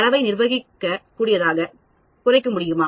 தரவை நிர்வகிக்கக்கூடியதாக குறைக்க முடியுமா